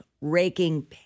raking